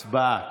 הצבעה.